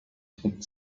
had